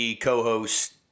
co-host